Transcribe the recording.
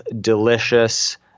delicious